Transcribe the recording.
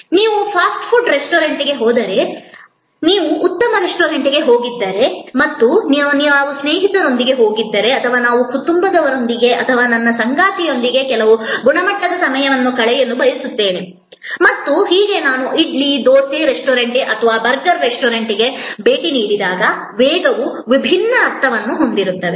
ನೀವು fast food ರೆಸ್ಟೋರೆಂಟ್ಗೆ ಹೋದರೆ ಆದರೆ ನೀವು ಉತ್ತಮ ರೆಸ್ಟೋರೆಂಟ್ಗೆ ಹೋಗಿದ್ದರೆ ಮತ್ತು ನಾವು ಸ್ನೇಹಿತರೊಂದಿಗೆ ಹೋಗಿದ್ದರೆ ಮತ್ತು ನಾವು ಕುಟುಂಬದೊಂದಿಗೆ ಅಥವಾ ನಿಮ್ಮ ಸಂಗಾತಿಯೊಂದಿಗೆ ಕೆಲವು ಗುಣಮಟ್ಟದ ಸಮಯವನ್ನು ಕಳೆಯಲು ಬಯಸುತ್ತೀರಿ ಮತ್ತು ಹೀಗೆ ನಾನು ಇಡ್ಲಿ ದೋಸೆ ರೆಸ್ಟೋರೆಂಟ್ ಅಥವಾ ಬರ್ಗರ್ ರೆಸ್ಟೋರೆಂಟ್ಗೆ ಭೇಟಿ ನೀಡಿದಾಗ ವೇಗವು ವಿಭಿನ್ನ ಅರ್ಥವನ್ನು ಹೊಂದಿರುತ್ತದೆ